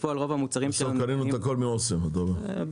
בפועל רוב המוצרים שלנו --- בסוף קנינו את הכל מאוסם אתה אומר?